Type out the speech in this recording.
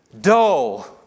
dull